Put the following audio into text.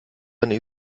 eine